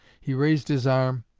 he raised his arm,